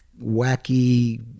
wacky